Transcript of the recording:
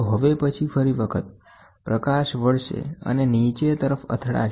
તો હવે પછી ફરી વખત પ્રકાશ વળશે અને નીચે તરફ અથડાશે